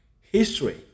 history